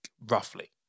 roughly